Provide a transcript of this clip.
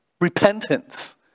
Repentance